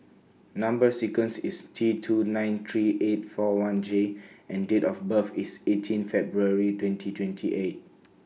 Number sequence IS T two nine three eight four one J and Date of birth IS eighteen February twenty twenty eight